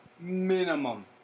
minimum